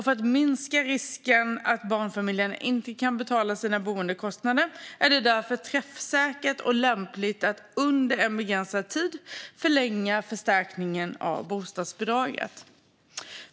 För att minska risken att barnfamiljer inte kan betala sina boendekostnader är det därför träffsäkert och lämpligt att under en begränsad tid förlänga förstärkningen av bostadsbidraget.